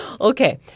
Okay